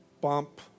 bump